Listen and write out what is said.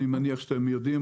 אני מניח שאתם יודעים,